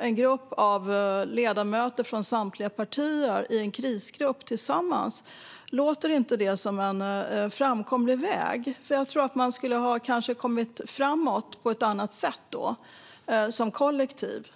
en grupp av ledamöter från samtliga partier i en krisgrupp tillsammans, som en framkomlig väg? Med en sådan tror jag att man hade kommit framåt på ett annat sätt som kollektiv.